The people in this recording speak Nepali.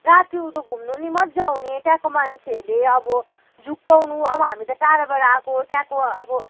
रातिउँदो घुम्नु पनि मजा आउने त्यहाँको मान्छेहरूले अब झुक्याउनु अब हामी त टाढोबाट आएको त्यहाँको अब